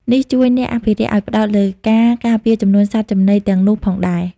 នេះជួយអ្នកអភិរក្សឲ្យផ្តោតលើការការពារចំនួនសត្វចំណីទាំងនោះផងដែរ។